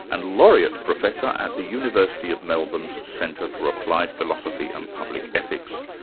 and laureate professor at the university of melbourne's centre for applied philosophy and public ethics.